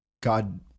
god